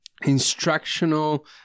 instructional